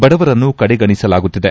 ಬಡವರನ್ನು ಕಡೆಗಣಿಸಲಾಗುತ್ತಿದೆ